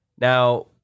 Now